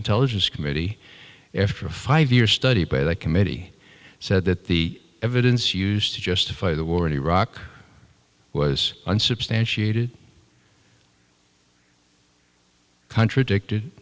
intelligence committee after a five year study by the committee said that the evidence used to justify the war in iraq was unsubstantiated contradicted